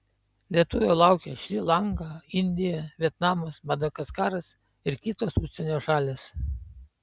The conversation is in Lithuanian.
lietuvio laukia šri lanka indija vietnamas madagaskaras ir kitos užsienio šalys